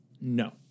No